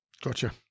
Gotcha